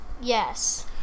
Yes